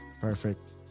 perfect